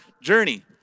journey